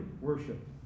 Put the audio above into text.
worship